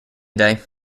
day